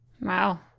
Wow